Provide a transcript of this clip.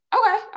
okay